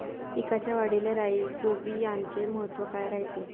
पिकाच्या वाढीले राईझोबीआमचे महत्व काय रायते?